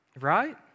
Right